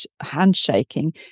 handshaking